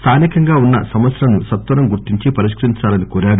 స్థానికంగా వున్న సమస్యలను సత్వరం గుర్తించి పరిష్కరించాలని కోరారు